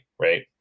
right